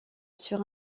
sur